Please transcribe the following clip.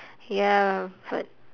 ya but